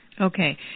Okay